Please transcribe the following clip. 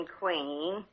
Queen